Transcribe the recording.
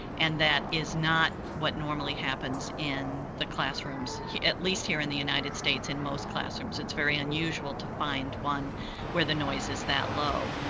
and that is not what normally happens in the classrooms at least here in the united states in most classrooms, it's very unusual to find one where the noise is that low.